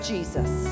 Jesus